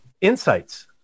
insights